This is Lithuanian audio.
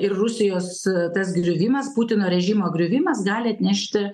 ir rusijos tas griuvimas putino režimo griuvimas gali atnešti